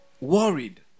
worried